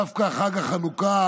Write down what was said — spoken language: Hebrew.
דווקא חג החנוכה,